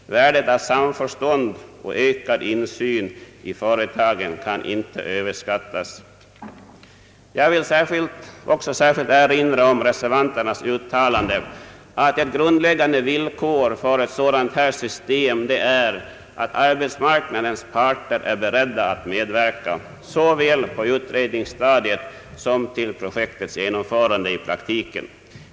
Värdet av samförstånd och ökad insyn i företagen kan inte överskattas. Jag vill också särskilt erinra om reservanternas uttalande, att ett grundläggande villkor för ett dylikt system är att arbetsmarknadens parter är beredda att medverka såväl på utredningsstadiet som vid projektets genomförande i praktiken.